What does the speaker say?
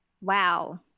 Wow